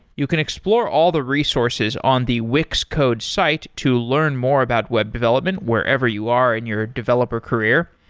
you can explore all the resources on the wix code's site to learn more about web development wherever you are in your developer career.